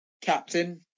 captain